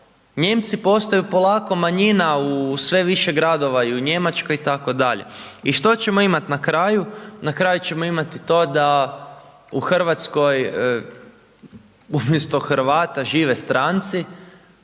Nijemci postaju polako manjina u sve više gradova i u Njemačkoj itd… I što ćemo imati na kraju? Na kraju ćemo imati to da u Hrvatskoj umjesto Hrvata žive stranci,